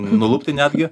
nulupti netgi